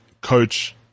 coach